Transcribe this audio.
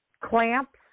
clamps